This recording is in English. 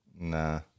Nah